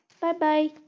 Bye-bye